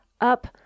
up